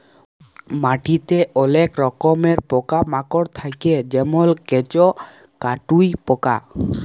মাটিতে অলেক রকমের পকা মাকড় থাক্যে যেমল কেঁচ, কাটুই পকা